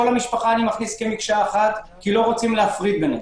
המשפחה מכניס כמקשה אחת כי לא רוצים להפריד ביניהם,